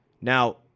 Now